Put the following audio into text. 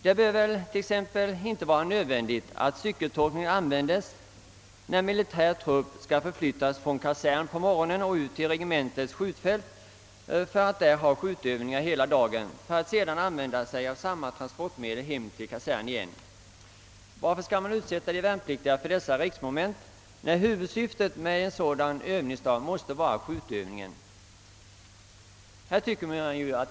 Det borde t.ex. inte vara nödvändigt att använda cykeltolkning, när militär trupp på morgonen skall förflyttas från kasernen till regementets skjutfält för att där ha skjutövningar hela dagen, och sedan begagna samma transportmedel hem till kasernen igen. Varför skall man utsätta de värnpliktiga för sådana riskmoment, när huvudsyftet med en sådan övningsdag måste vara skjutövningen?